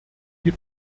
die